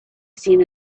seen